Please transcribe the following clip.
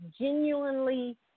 genuinely